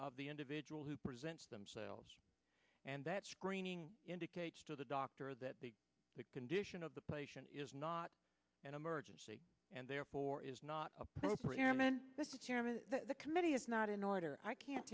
of the individuals who present themselves and that screening indicates to the doctor that the condition of the patient is not an emergency and therefore is not appropriate i'm in the committee is not in order i can't